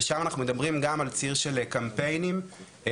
ושם אנחנו מדברים גם על ציר של קמפיינים לציבור,